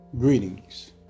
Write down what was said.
Greetings